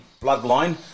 bloodline